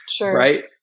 right